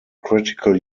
critical